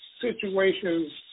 situations